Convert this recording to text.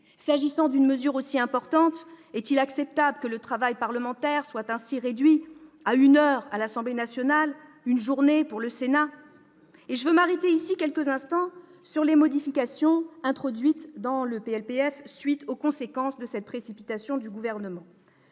S'agissant d'une mesure aussi importante, est-il acceptable que le travail parlementaire soit ainsi réduit à une heure pour l'Assemblée nationale et une journée pour le Sénat ? Je veux m'arrêter ici quelques instants sur les modifications introduites dans le projet de loi de programmation des finances